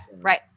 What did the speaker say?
Right